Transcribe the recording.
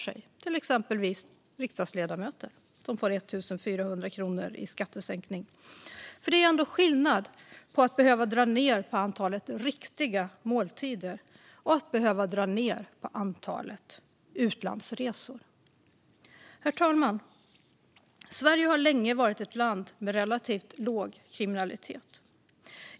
Det gäller till exempel oss riksdagsledamöter, som får 1 400 kronor i skattesänkning. Det är ändå skillnad på att behöva dra ned på antalet riktiga måltider och att behöva dra ned på antalet utlandsresor. Herr talman! Sverige har länge varit ett land med relativt låg kriminalitet.